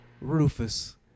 Rufus